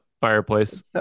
fireplace